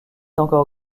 encore